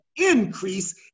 increase